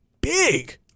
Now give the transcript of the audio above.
big